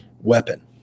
weapon